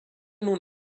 nun